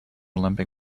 olympic